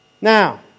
Now